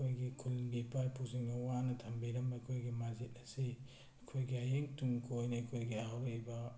ꯑꯩꯈꯣꯏꯒꯤ ꯈꯨꯜꯒꯤ ꯏꯃꯥ ꯏꯄꯨ ꯁꯤꯡꯅ ꯋꯥꯅ ꯊꯝꯕꯤꯔꯝꯕ ꯑꯩꯈꯣꯏꯒꯤ ꯃꯁꯖꯤꯠ ꯑꯁꯤ ꯑꯩꯈꯣꯏꯒꯤ ꯍꯌꯦꯡ ꯇꯨꯡ ꯀꯣꯏꯅ ꯑꯩꯈꯣꯏꯒꯤ ꯍꯧꯔꯛꯏꯕ